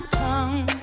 tongue